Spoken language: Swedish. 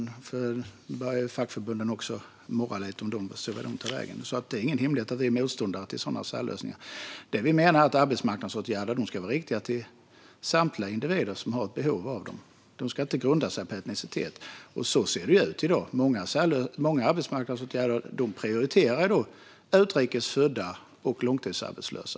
Nu börjar fackförbunden också morra lite om dem, så vi får se vart de tar vägen. Det är ingen hemlighet att vi är motståndare till sådana särlösningar. Det vi menar är att arbetsmarknadsåtgärder ska vara riktade till samtliga individer som har ett behov av dem. De ska inte grunda sig på etnicitet. Så ser det ju ut i dag. Många arbetsmarknadsåtgärder prioriterar utrikes födda och långtidsarbetslösa.